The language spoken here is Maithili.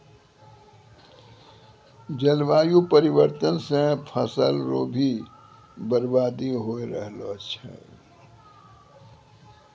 जलवायु परिवर्तन से फसल रो भी बर्बादी हो रहलो छै